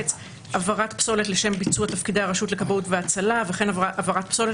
"הבערת פסולת לשם ביצוע תפקידי הרשות לכבאות והצלה וכן הבערת פסולת